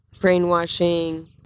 brainwashing